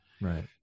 Right